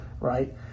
right